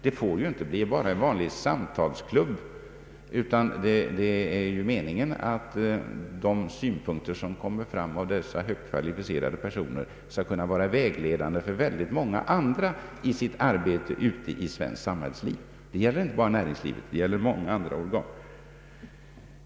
Det får ju inte bli bara en vanlig samtalsklubb, utan det är meningen att de synpunkter som framförs av dessa högt kvalificerade personer skall vara vägledande för många andra i deras arbete ute i svenskt näringsliv. Det gäller inte bara näringslivet utan många organ.